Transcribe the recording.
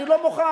אני לא מוכן.